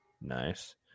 Nice